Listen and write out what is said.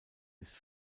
his